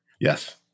Yes